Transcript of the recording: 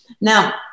Now